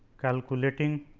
calculating